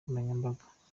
nkoranyambaga